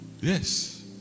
Yes